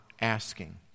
asking